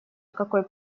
какой